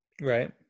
Right